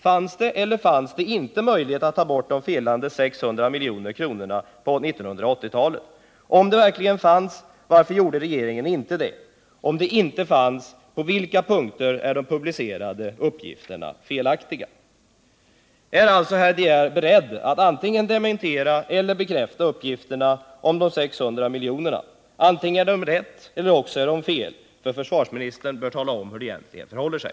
Fanns det eller fanns det inte möjlighet at ta bort de felande 600 miljonerna på 1980-talet? Om möjlighet verkligen fanns, varför gjorde regeringen inte det? Om möjlighet inte fanns, på vilka punkter är de publicerade uppgifterna felaktiga? Är alltså herr de Geer beredd att antingen dementera eller bekräfta uppgifterna om de 600 miljonerna? Antingen är de riktiga eller också är de felaktiga. Försvarsministern har skyldighet att tala om hur det verkligen förhåller sig!